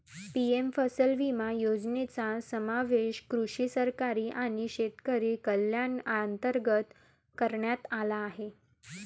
PM फसल विमा योजनेचा समावेश कृषी सहकारी आणि शेतकरी कल्याण अंतर्गत करण्यात आला आहे